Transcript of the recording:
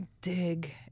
dig